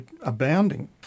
abounding